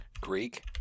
Greek